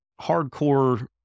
hardcore